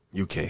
uk